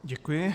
Děkuji.